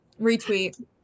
retweet